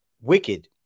wicked